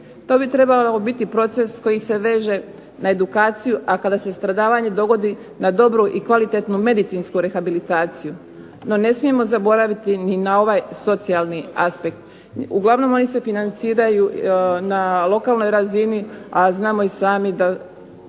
To bi trebao biti proces koji se veže na edukaciju, a kada se stradavanje dogodi na dobru i kvalitetnu medicinsku rehabilitaciju, no ne smijemo zaboraviti ni na ovaj socijalni aspekt, uglavnom oni se financiraju na lokalnoj razini, a znamo i sami da